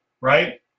right